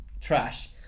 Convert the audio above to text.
trash